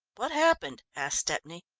what happened? asked stepney.